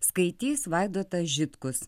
skaitys vaidotas žitkus